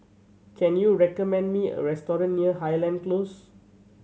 can you recommend me a restaurant near Highland Close